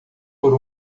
por